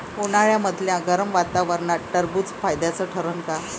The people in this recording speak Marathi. उन्हाळ्यामदल्या गरम वातावरनात टरबुज फायद्याचं ठरन का?